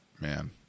man